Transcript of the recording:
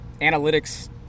analytics